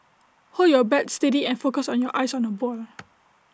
hold your bat steady and focus on your eyes on the ball